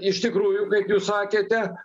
iš tikrųjų kaip jūs sakėte